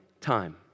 time